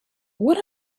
what